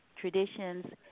traditions